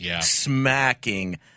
smacking